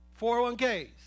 401Ks